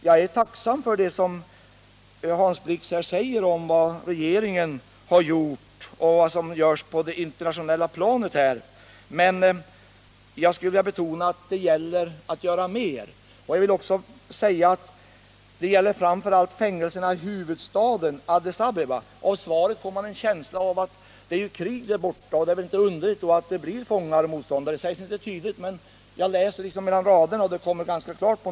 Jag är tacksam över det som Hans Blix säger om vad regeringen har gjort och vad som görs på det internationella planet. Men jag skulle vilja betona att det gäller att göra mer. Det gäller framför allt fängelserna i huvudstaden Addis Abeba. I stort får man en känsla av att eftersom det råder krig där borta, så är det inte underligt att det blir många fångar. Det sägs inte rent ut, men jag läser det mellan raderna.